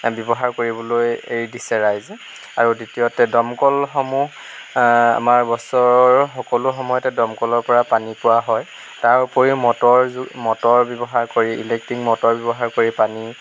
ব্যৱহাৰ কৰিবলৈ এৰি দিছে ৰাইজে আৰু দ্বিতীয়তে দমকলসমূহ আমাৰ বছৰৰ সকলো সময়তে দমকলৰ পৰা পানী পোৱা হয় তাৰ উপৰিও মটৰ মটৰ ব্যৱহাৰ কৰি ইলেক্ট্ৰিক মটৰ ব্যৱহাৰ কৰি পানী